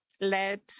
led